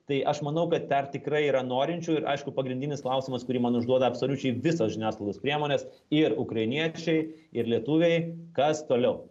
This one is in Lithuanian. tai aš manau kad dar tikrai yra norinčių ir aišku pagrindinis klausimas kurį man užduoda absoliučiai visos žiniasklaidos priemonės ir ukrainiečiai ir lietuviai kas toliau